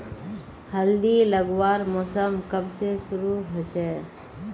हल्दी लगवार मौसम कब से शुरू होचए?